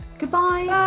Goodbye